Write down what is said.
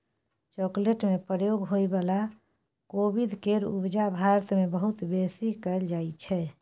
chocolate में प्रयोग होइ बला कोविंद केर उपजा भारत मे बहुत बेसी कएल जाइ छै